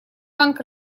банк